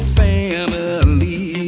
family